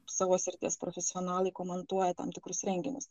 savo srities profesionalai komentuoja tam tikrus renginius